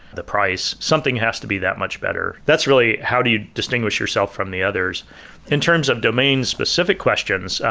the price. something has to be that much better. that's really how do you distinguish yourself from the others in terms of domain specific questions,